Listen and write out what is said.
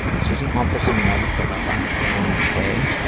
this is an awfulsome moment filled out by anna k,